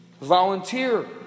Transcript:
Volunteer